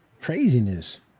Craziness